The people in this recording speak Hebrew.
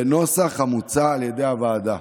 בנוסח המוצע על ידי הוועדה.